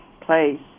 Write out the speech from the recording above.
place